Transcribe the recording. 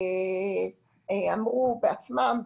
אמרו בעצמם,